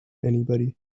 anybody